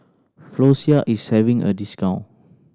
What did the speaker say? Floxia is having a discount